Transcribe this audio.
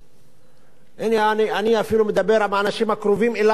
אני אפילו מדבר על האנשים הקרובים אלי, במשפחה.